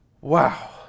Wow